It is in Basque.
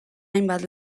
hainbat